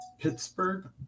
Pittsburgh